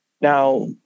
Now